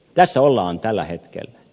tässä ollaan tällä hetkellä